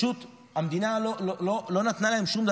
והמדינה לא נתנה להם שום דבר